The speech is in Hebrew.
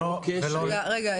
רגע.